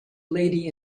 lady